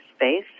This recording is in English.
space